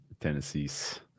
Tennessee's